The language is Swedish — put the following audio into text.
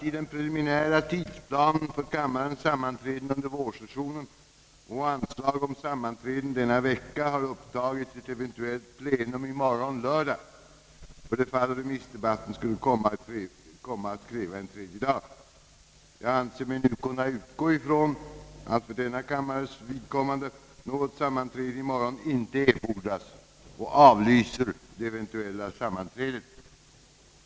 I den preliminära tidsplanen för kammarens sammanträden under vårsessionen och å anslag om sammanträden denna vecka har upptagits ett eventuellt plenum i morgon lördag för det fall remissdebatten skulle komma att kräva en tredje dag. Jag anser mig nu kunna utgå från att för denna kammares vidkommande något sammanträde i morgon icke erfordras och avlyser det eventuella sammanträdet.